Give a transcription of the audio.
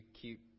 cute